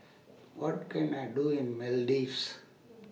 What Can I Do in Maldives